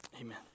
amen